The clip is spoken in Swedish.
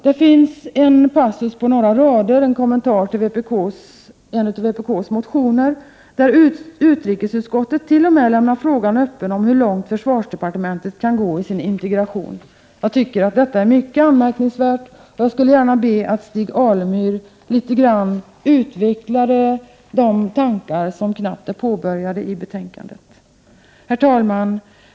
Det finns en Sverige och den väst: passus på några rader, en kommentar till en av vpk:s motioner, där kd 3 i É = europeiska integrautrikesutskottet t.o.m. lämnar frågan öppen om hur långt försvarsdeparteören mentet kan gå i sin integration. Jag tycker att detta är mycket anmärkningsvärt, och jag skulle vilja be Stig Alemyr litet grand utveckla de tankar som knappt är påbörjade i betänkandet. Herr talman!